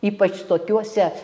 ypač tokiuose